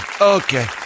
Okay